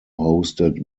hosted